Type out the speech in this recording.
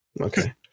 okay